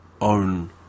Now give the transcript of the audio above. own